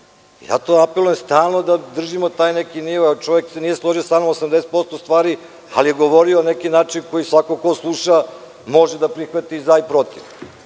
i apelujem stalno da držimo taj neki nivo. Čovek se nije složio sa mnom u 80% stvari, ali je govorio na neki način koji svako ko sluša može da prihvati za i protiv. Nemam